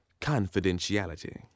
confidentiality